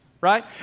Right